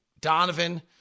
Donovan